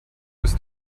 bis